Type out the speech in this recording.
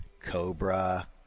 Cobra